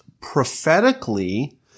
prophetically